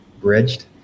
bridged